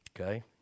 Okay